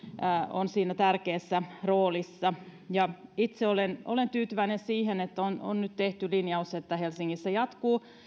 on siinä tärkeässä roolissa itse olen olen tyytyväinen siihen että on on nyt tehty linjaus että helsingissä jatkuu